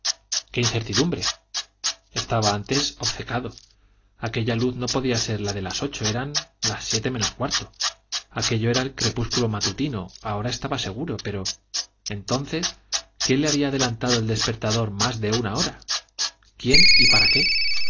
qué incertidumbre estaba antes obcecado aquella luz no podía ser la de las ocho eran las siete menos cuarto aquello era el crepúsculo matutino ahora estaba seguro pero entonces quién le había adelantado el despertador más de una hora quién y para qué